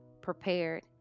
prepared